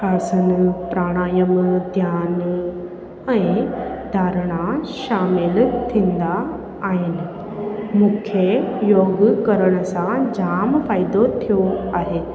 आसन प्राणायम ध्यानु ऐं धरणा शामिलु थींदा आहिनि मूंखे योग करण सां जामु फ़ाइदो थियो आहे